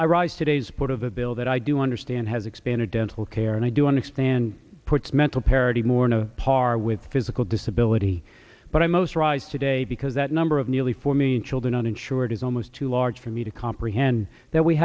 bill that i do understand has expanded dental care and i do understand puts mental parity more no par with physical disability but i most rise today because that number of nearly four million children uninsured is almost too large for me to comprehend that we